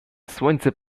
słońce